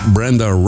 Brenda